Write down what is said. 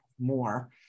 more